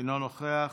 אינו נוכח,